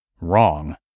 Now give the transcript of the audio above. wrong